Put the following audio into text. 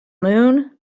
moon